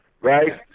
right